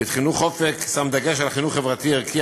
בית-חינוך "אופק" שם דגש על חינוך חברתי ערכי,